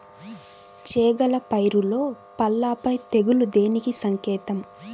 చేగల పైరులో పల్లాపై తెగులు దేనికి సంకేతం?